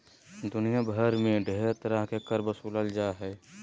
दुनिया भर मे ढेर तरह के कर बसूलल जा हय